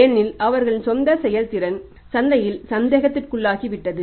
ஏனெனில் அவர்களின் சொந்த செயல்திறன் சந்தையில் சந்தேகத்திற்குரியதாகிவிட்டது